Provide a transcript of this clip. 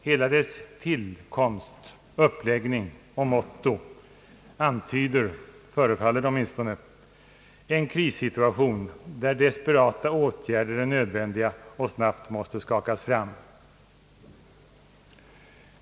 Hela dess tillkomst, uppläggning och motto antyder, förefaller det åtminstone, en krissituation där desperata åtgärder är nödvändiga och snabbt måste skakas fram.